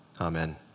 Amen